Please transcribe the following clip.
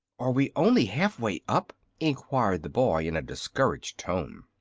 are we only half way up? enquired the boy, in a discouraged tone.